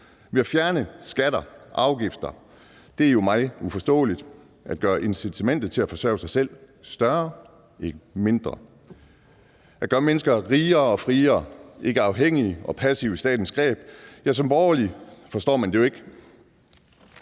ved at fjerne skatter og afgifter, altså at gøre incitamentet til at forsørge sig selv større og ikke mindre, gøre mennesker rigere og friere og ikke afhængige og passive i statens greb, er mig jo uforståeligt.